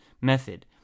method